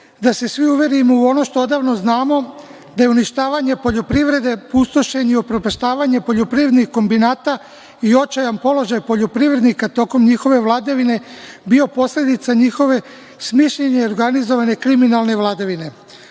da se svi uverimo u ono što odavno znamo, da je uništavanje poljoprivrede, pustošenje i upropaštavanje poljoprivrednih kombinata i očajan položaj poljoprivrednika tokom njihove vladavine bila posledica njihove smišljene i organizovane kriminalne vladavine. Pošto